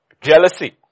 Jealousy